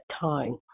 time